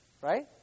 right